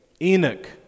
Enoch